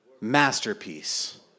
masterpiece